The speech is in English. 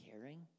caring